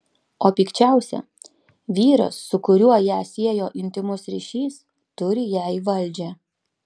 o pikčiausia vyras su kuriuo ją siejo intymus ryšys turi jai valdžią